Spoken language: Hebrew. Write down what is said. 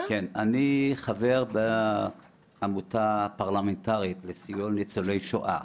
אני חבר בעמותה הפרלמנטרית לסיוע לניצולי שואה.